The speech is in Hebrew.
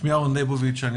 שמי אהרון ליבוביץ,